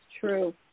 true